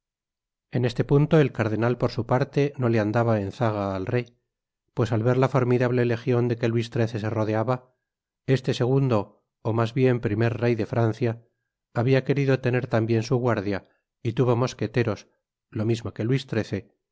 en este punto el cardenal por su parte no le andaba en zaga al rey pues al ver la formidable legion de que luis xiii se rodeaba este segundo ó mas bien primer rey de francia habia querido tener tambien su guardia y tuvo mosqueteros lo mismo que luis